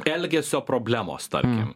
elgesio problemos tarkim